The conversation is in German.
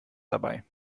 dabei